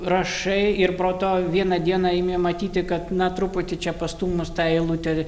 rašai ir proto vieną dieną imi matyti kad na truputį čia pastūmus tą eilutę